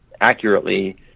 accurately